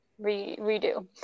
redo